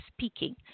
speaking